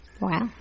Wow